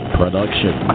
production